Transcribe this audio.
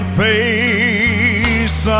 face